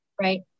right